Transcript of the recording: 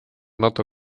nato